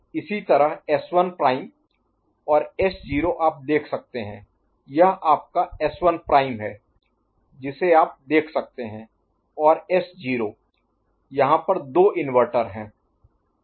इसी तरह S1 prime और S0 आप देख सकते हैं यह आपका S1 प्राइम है जिसे आप देख सकते हैं और S0 यहाँ पर दो इनवर्टर हैं